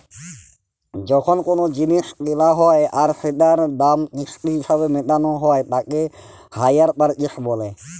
যখন কোলো জিলিস কেলা হ্যয় আর সেটার দাম কিস্তি হিসেবে মেটালো হ্য়য় তাকে হাইয়ার পারচেস বলে